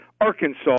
Arkansas